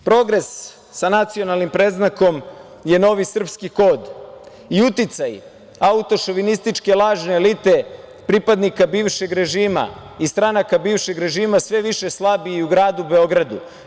Progres sa nacionalnim predznakom je novi srpski kod i uticaj autošovinističke lažne elite pripadnika bivšeg režima i stranaka bivšeg režima sve više slabi i u gradu Beogradu.